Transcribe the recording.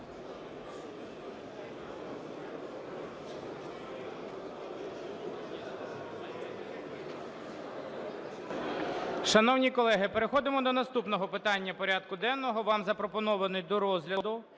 Шановні колеги, переходимо до наступного питання порядку денного. Вам запропонований до розгляду